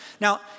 Now